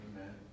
Amen